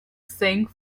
sing